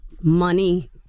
money